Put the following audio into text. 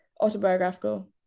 autobiographical